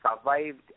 survived